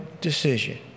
decision